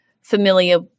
familiar